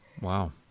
Wow